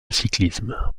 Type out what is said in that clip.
cyclisme